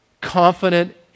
Confident